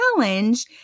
challenge